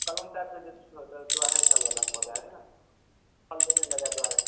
कलम का जैसे होता है दो अढ़ाई साल वाला पौधा है ना फल देने लगा दो आए